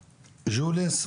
ג'וליס,